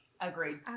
Agreed